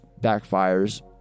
backfires